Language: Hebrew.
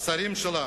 השרים שלה